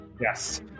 Yes